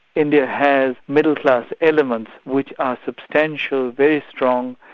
india has middle class elements which are substantial, very strong,